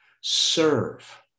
serve